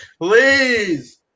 please